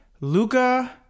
Luca